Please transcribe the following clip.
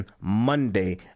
monday